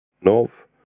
Nov